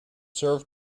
served